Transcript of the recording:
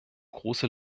große